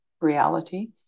reality